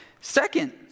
Second